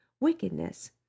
wickedness